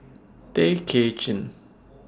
Tay Kay Chin